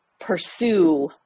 Pursue